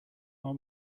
our